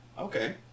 Okay